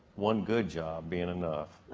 one good job being enough,